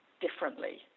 differently